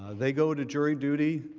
they go to jury duty